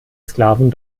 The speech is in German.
sklaven